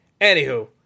anywho